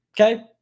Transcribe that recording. okay